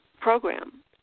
program